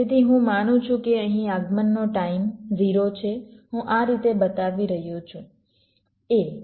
તેથી હું માનું છું કે અહીં આગમનનો ટાઈમ 0 છે હું આ રીતે બતાવી રહ્યો છું